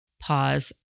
pause